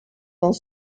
dans